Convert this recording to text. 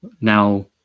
now